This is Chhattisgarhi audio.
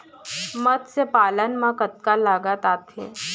मतस्य पालन मा कतका लागत आथे?